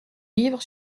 livre